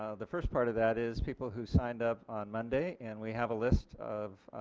the first part of that is people who signed up on monday and we have a list of,